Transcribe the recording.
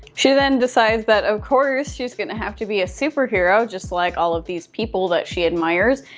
she then decides that of course she's gonna have to be a superhero, just like all of these people that she admires.